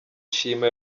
shima